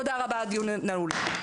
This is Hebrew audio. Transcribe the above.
תודה רבה, הדיון נעול.